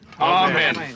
Amen